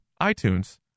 iTunes